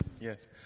Yes